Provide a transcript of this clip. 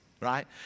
right